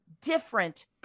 different